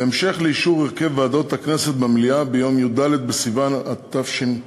בהמשך לאישור הרכב ועדות הכנסת במליאה ביום י"ד בסיוון התשע"ה,